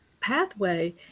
pathway